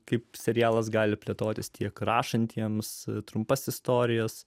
kaip serialas gali plėtotis tiek rašantiems trumpas istorijas